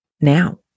now